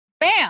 bam